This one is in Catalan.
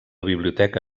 biblioteca